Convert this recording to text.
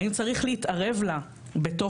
האם צריך להתערב לה בתוך,